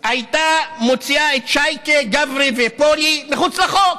הייתה מוציאה את שייקה, גברי ופולי מחוץ לחוק.